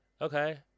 Okay